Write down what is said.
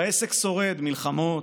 והעסק שורד מלחמות,